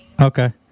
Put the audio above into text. Okay